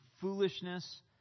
foolishness